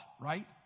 right